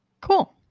Cool